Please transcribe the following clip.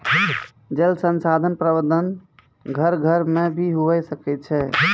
जल संसाधन प्रबंधन घर घर मे भी हुवै सकै छै